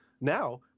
now